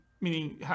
meaning